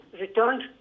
returned